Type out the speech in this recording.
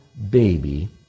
Baby